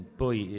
poi